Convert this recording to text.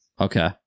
Okay